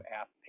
ask